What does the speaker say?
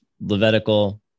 Levitical